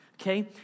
Okay